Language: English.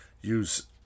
use